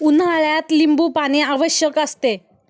उन्हाळ्यात लिंबूपाणी आवश्यक असते